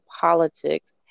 politics